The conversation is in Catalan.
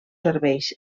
serveis